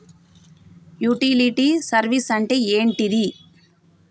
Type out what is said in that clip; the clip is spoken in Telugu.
యుటిలిటీ సర్వీస్ అంటే ఏంటిది?